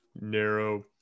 Narrow